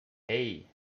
hey